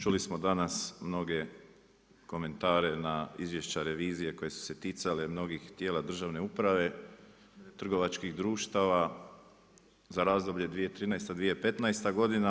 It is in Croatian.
Čuli smo danas mnoge komentare na izvješća revizije koje su se ticale mnogih tijela državne uprave, trgovačkih društava za razdoblje 2013.-2015. godina.